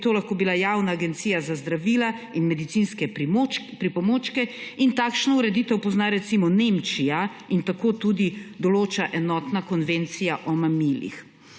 to lahko bila Javna agencija za zdravila in medicinske pripomočke in takšno ureditev pozna recimo Nemčija in tako tudi določa Enotna konvencija o mamilih.